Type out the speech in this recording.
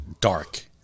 dark